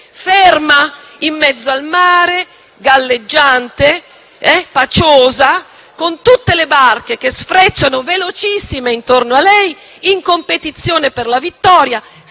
ferma in mezzo al mare, galleggiante, paciosa, con tutte le barche che sfrecciano velocissime intorno a lei, in competizione per la vittoria,